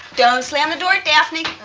don't slam the door, daphne!